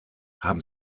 haben